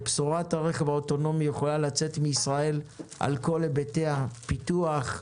בשורת הרכב האוטונומי יכולה לצאת מישראל על כל היבטי הפיתוח,